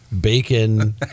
Bacon